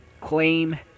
claim